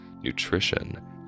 nutrition